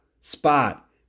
spot